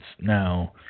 Now